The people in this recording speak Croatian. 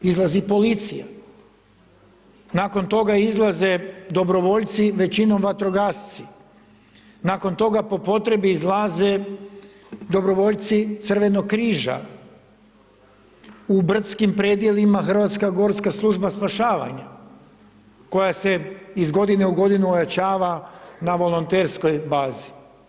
Izlazi policija, nakon toga izlaze dobrovoljci, većinom vatrogasci, nakon toga po potrebi izlaze dobrovoljci Crvenog križa, u brdskim predjelima Hrvatska gorska služba spašavanja koja se iz godine u godinu ojačava na volonterskoj bazi.